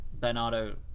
Bernardo